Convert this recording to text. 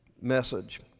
message